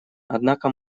однако